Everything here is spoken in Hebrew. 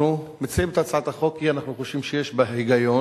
אנחנו מציעים את הצעת החוק כי אנחנו חושבים שיש בה היגיון,